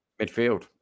Midfield